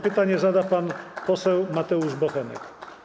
Pytanie zada pan poseł Mateusz Bochenek.